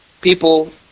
people